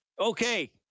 Okay